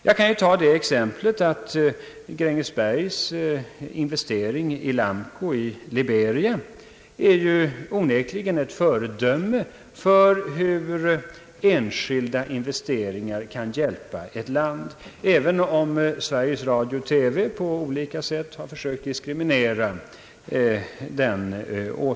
Som exempel kan jag nämna att Grängesbergsbolagets investeringar i Lamco i Liberia onekligen är ett föredöme för hur enskilda investeringar kan hjälpa ett land, även om Sveriges Radio-TV på olika sätt har försökt diskriminera detta.